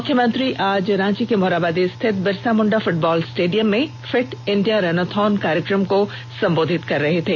मुख्यमंत्री आज रांची के मोरहाबादी स्थित बिरसा मुंडा फृटबॉल स्टेडियम में fit India runathon कार्यक्रम को संबोधित कर रहे थे